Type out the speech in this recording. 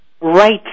right